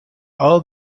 eau